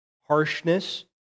harshness